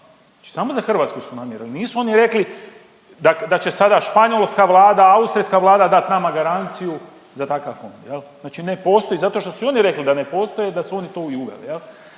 znači samo za Hrvatsku su namjerili. Nisu oni rekli da će sada španjolska vlada, austrijska vlada dat nama garanciju za takav fond, znači ne postoji zato što su i oni rekli da ne postoje da su oni to i uveli.